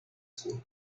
sur